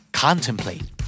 contemplate